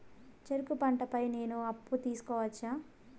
చెరుకు పంట పై నేను అప్పు తీసుకోవచ్చా?